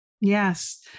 Yes